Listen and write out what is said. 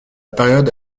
période